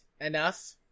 enough